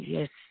Yes